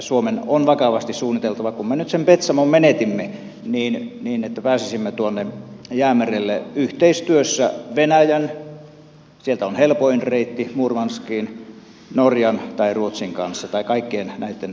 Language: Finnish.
suomen on vakavasti suunniteltava kun me nyt sen petsamon menetimme että pääsisimme tuonne jäämerelle yhteistyössä venäjän sieltä on helpoin reitti murmanskiin norjan tai ruotsin kanssa tai kaikkien näitten tahojen kanssa yhteistyössä